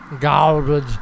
garbage